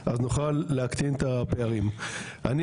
אז נוכל להקטין את הפערים.